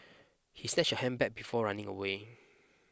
he snatched her handbag before running away